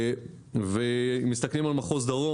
אם מסתכלים על מחוז דרום,